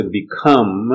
become